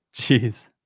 Jeez